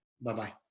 Bye-bye